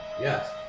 Yes